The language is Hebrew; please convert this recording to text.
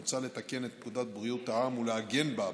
מוצע לתקן את פקודת בריאות העם ולעגן בה,